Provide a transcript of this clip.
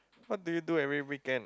what do you do every weekend